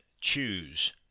choose